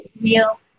real